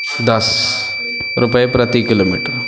ਦਸ ਰੁਪਏ ਪ੍ਰਤੀ ਕਿਲੋਮੀਟਰ